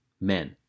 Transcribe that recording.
men